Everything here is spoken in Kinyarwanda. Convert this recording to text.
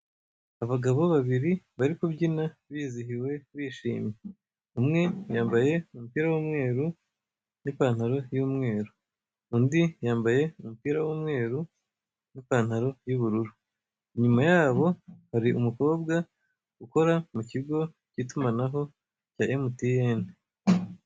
Abagabo babiri bari kubyina, bizihiwe, bishimye. Umwe yambaye umupira w'umweru n'ipantaro y'umweru. Undi yambaye umupira w'umweru n'ipantaro y'ubururu. Inyuma yabo hari umukobwa ukora mu kigo cy'itumanaho cya MTN.